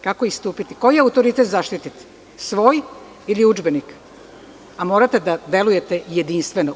Koji autoritet zaštiti, svoj ili udžbenik, a morate da delujete jedinstveno.